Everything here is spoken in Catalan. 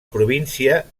província